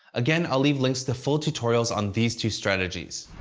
again, i'll leave links to full tutorials on these two strategies.